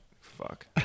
Fuck